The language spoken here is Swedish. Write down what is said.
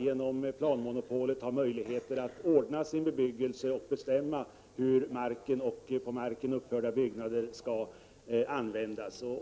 genom planmonopolet har möjlighet att ordna sin bebyggelse och bestämma hur marken och där uppförda byggnader skall användas.